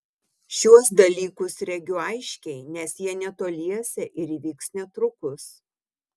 šiuos dalykus regiu aiškiai nes jie netoliese ir įvyks netrukus